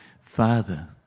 Father